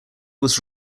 was